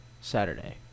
saturday